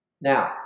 Now